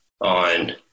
on